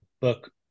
book